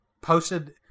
posted